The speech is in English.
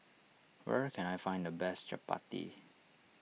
where can I find the best Chapati